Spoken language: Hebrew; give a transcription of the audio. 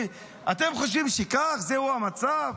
אתם חושבים שכך זהו המצב?